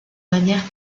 manières